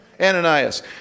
Ananias